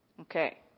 Okay